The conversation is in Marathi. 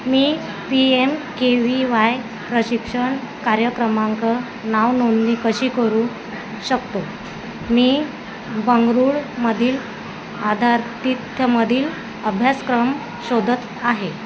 मी P M K V Y प्रशिक्षण कार्य क्रमांक नावनोंदणी कशी करू शकतो मी बंगळुरूमधील आदरातिथ्य मधील अभ्यासक्रम शोधत आहे